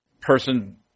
person